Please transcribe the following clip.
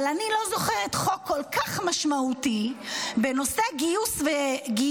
אבל אני לא זוכרת חוק כל כך משמעותי בנושא גיוס ישראלים